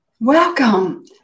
Welcome